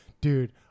Dude